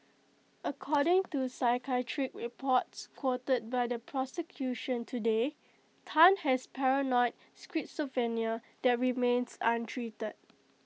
according to psychiatric reports quoted by the prosecution today Tan has paranoid schizophrenia that remains untreated